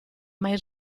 mai